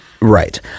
Right